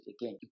again